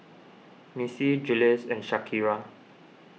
Missie Jules and Shakira